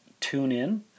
TuneIn